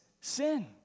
sin